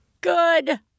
Good